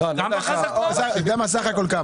כמה סך הכול?